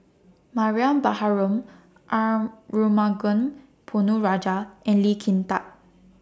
Mariam Baharom Arumugam Ponnu Rajah and Lee Kin Tat